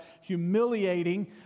humiliating